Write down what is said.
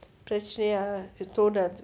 பிரச்சனையா தோணாது:perachaniyaa thoonathu